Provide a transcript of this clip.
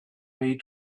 way